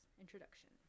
introduction